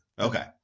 Okay